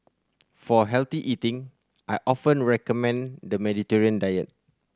for healthy eating I often recommend the Mediterranean diet